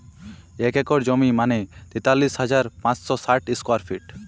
এক একর জমি মানে তেতাল্লিশ হাজার পাঁচশ ষাট স্কোয়ার ফিট